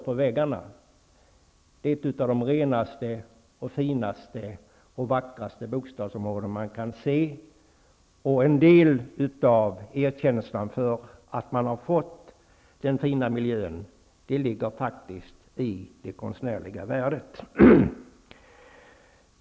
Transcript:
Det är ett av de renaste, finaste och vackraste bostadsområden som finns att se. En del av erkänslan för den fina miljön ligger i det konstnärliga värdet.